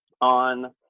on